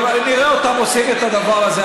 נראה אותם עושים את הדבר הזה.